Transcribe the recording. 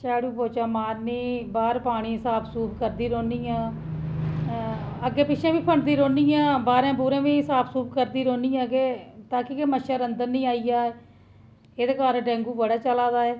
झाड़ू पोचा मारनी बाहर पानी साफ सूफ करदी रौह्नियां अग्गें पिच्छें बी फंडदी रौह्नियां बाहरें बूहरें बी साफ सूफ करदी रौह्नी तां कि मच्छर अंदर नी आई जा इं'दे कारण डेंगू बड़ा चला दा ऐ